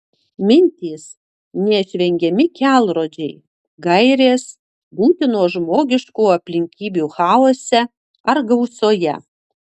mintys neišvengiami kelrodžiai gairės būtinos žmogiškų aplinkybių chaose ar gausoje